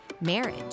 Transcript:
Marriage